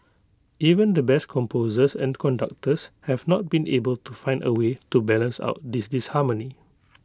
even the best composers and conductors have not been able to find A way to balance out this disharmony